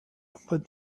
but